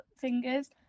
fingers